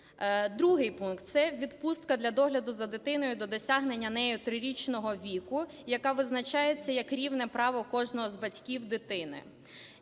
Другий пункт. Це відпустка для догляду за дитиною до досягнення нею 3-річного віку, яка визначається як рівне право кожного з батьків дитини.